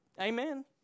Amen